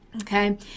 Okay